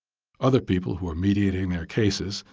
other people who are mediating their cases,